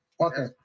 Okay